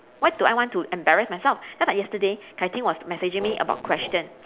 why do I want to embarrass myself just like yesterday kai ting was messaging me about question